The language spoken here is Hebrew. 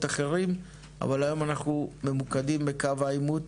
אחרים אבל היום אנחנו ממוקדים בקו העימות